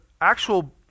actual